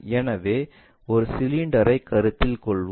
எனவே இந்த சிலிண்டரைக் கருத்தில் கொள்வோம்